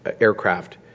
aircraft